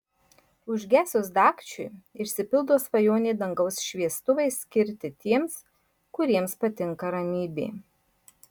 užgesus dagčiui išsipildo svajonė dangaus šviestuvai skirti tiems kuriems patinka ramybė